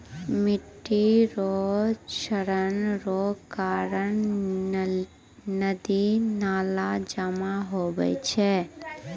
मिट्टी रो क्षरण रो कारण नदी नाला जाम हुवै छै